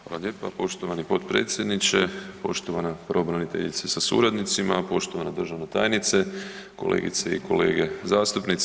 Hvala lijepa, poštovani potpredsjedniče, poštovana pravobraniteljice sa suradnicima, poštovana državna tajnice, kolegice i kolege zastupnici.